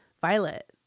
Violet